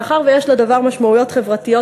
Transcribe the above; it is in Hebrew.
מאחר שיש לדבר משמעויות חברתיות,